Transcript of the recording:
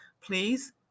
please